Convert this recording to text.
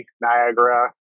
Niagara